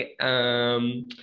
okay